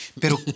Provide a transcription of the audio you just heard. Pero